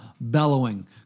bellowing